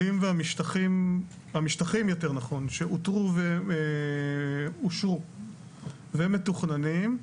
שהמשטחים שאותרו ואושרו, והם מתוכננים,